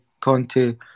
Conte